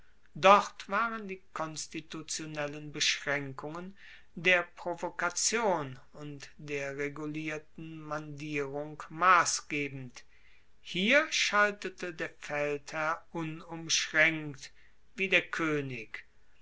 dort waren die konstitutionellen beschraenkungen der provokation und der regulierten mandierung massgebend hier schaltete der feldherr unumschraenkt wie der koenig